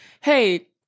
hey